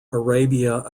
arabia